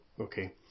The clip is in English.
Okay